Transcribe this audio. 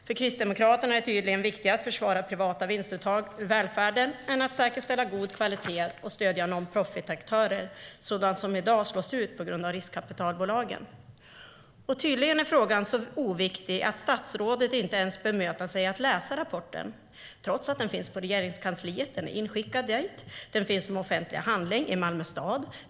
För Kristdemokraterna är det viktigare att försvara privata vinstuttag ur välfärden än att säkerställa god kvalitet och stödja non-profit-aktörer, sådana som i dag slås ut på grund av riskkapitalbolagen. Tydligen är frågan så oviktig att statsrådet inte ens bemödat sig med att läsa rapporten, trots att den är inskickad till Regeringskansliet. Rapporten finns som en offentlig handling i Malmö stad.